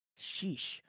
Sheesh